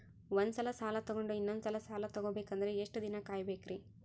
ಒಂದ್ಸಲ ಸಾಲ ತಗೊಂಡು ಇನ್ನೊಂದ್ ಸಲ ಸಾಲ ತಗೊಬೇಕಂದ್ರೆ ಎಷ್ಟ್ ದಿನ ಕಾಯ್ಬೇಕ್ರಿ?